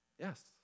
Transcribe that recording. Yes